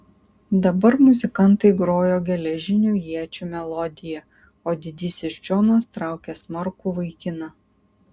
dabar muzikantai grojo geležinių iečių melodiją o didysis džonas traukė smarkų vaikiną